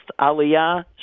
Aliyah